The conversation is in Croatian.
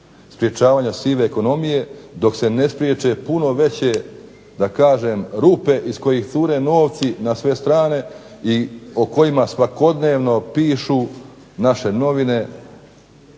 sprečavanja sive ekonomije dok se ne spriječe puno veće rupe iz kojih cure novci na sve strane i o kojima svakodnevno pišu naše novine,